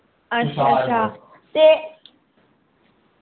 अच्छा अच्छा ते